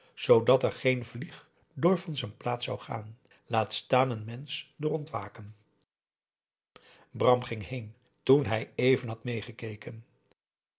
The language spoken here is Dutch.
zoodat er geen vlieg door van z'n plaats zou gaan laat staan een mensch door ontwaken bram ging heen toen hij even had meegekeken